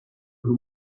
who